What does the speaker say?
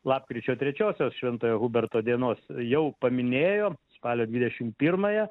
lapkričio trečiosios šventojo huberto dienos jau paminėjo spalio dvidešim pirmąją